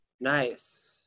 Nice